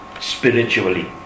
spiritually